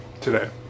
today